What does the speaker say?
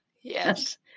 yes